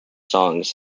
songs